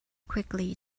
quickly